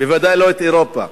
בוודאי לא את אירופה.